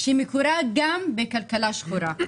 שמקורה גם בכלכלה שחורה.